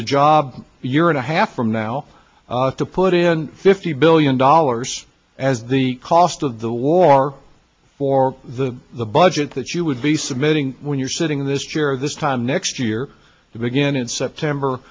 the job year and a half from now to put in fifty billion dollars as the cost of the war for the the budget that you would be submitting when you're sitting in this chair this time next year to begin in september